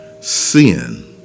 sin